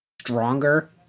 stronger